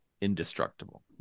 indestructible